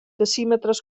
decímetres